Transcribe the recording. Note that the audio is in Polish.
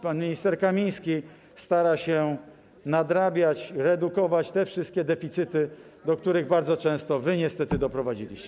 Pan minister Kamiński stara się nadrabiać, redukować te wszystkie deficyty, do których bardzo często wy niestety doprowadziliście.